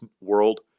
world